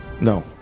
No